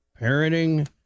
Parenting